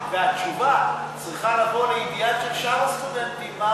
והתשובה, צריכה לבוא לידיעת שאר הסטודנטים.